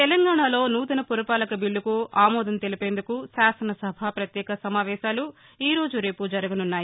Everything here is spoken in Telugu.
తెలంగాణలో నూతన పురపాలక బిల్లు కు ఆమోదం తెలిపేందుకు శాసనసభ ప్రత్యేక సమావేశాలు ఈరోజు రేపు జరగనున్నాయి